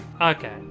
Okay